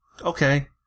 okay